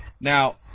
Now